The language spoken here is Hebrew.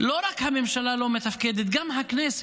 לא רק הממשלה לא מתפקדת, גם הכנסת.